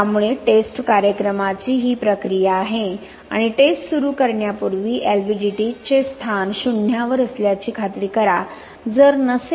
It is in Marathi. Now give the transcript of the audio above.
त्यामुळे टेस्ट कार्यक्रमाची ही प्रक्रिया आहे आणि टेस्ट सुरू करण्यापूर्वी LVDTs चे स्थान शून्यावर असल्याची खात्री करा जर नसेल तर ऑफसेट शुन्यावर करा